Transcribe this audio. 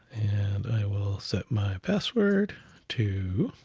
and i will set my password too,